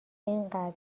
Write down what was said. اینقدر